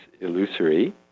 illusory